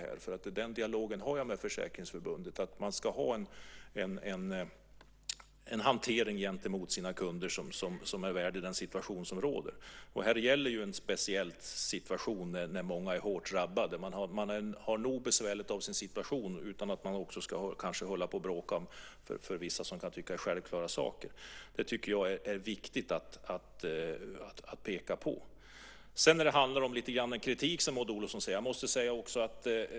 Jag har den dialogen med Försäkringsförbundet att man ska ha en hantering gentemot kunderna som är värdig den rådande situationen. Det här är ju en speciell situation där många är hårt drabbade. Man har tillräckligt besvärligt av sin situation utan att man ska behöva bråka om självklara saker. Det är viktigt att peka på. Jag vill också kommentera det som Maud Olofsson säger om kritik.